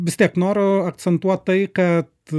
vis tiek norio akcentuot tai kad